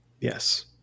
Yes